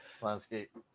landscape